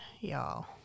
y'all